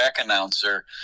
announcer